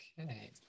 okay